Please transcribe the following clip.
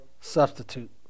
substitute